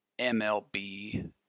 MLB